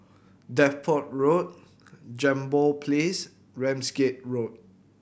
Deptford Road Jambol Place Ramsgate Road